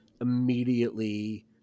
immediately